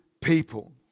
people